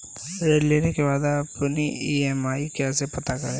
ऋण लेने के बाद अपनी ई.एम.आई कैसे पता करें?